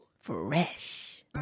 Fresh